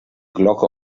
glocke